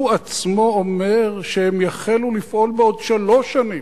הוא עצמו אומר שהם יחלו לפעול בעוד שלוש שנים,